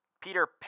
Peter